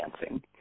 dancing